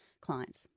clients